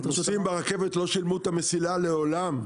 רשות --- הנוסעים ברכבת לא שילמו את המסילה לעולם,